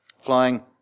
Flying